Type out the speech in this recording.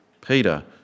Peter